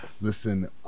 Listen